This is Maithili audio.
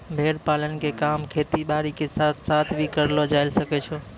भेड़ पालन के काम खेती बारी के साथ साथ भी करलो जायल सकै छो